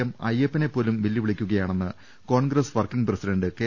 M അയ്യപ്പനെ പോലും വെല്ലുവി ളിക്കുകയാണെന്ന് കോൺഗ്രസ് വർക്കിങ് പ്രസിഡന്റ് കെ